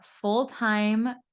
full-time